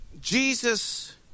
Jesus